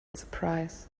surprise